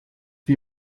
wie